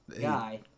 guy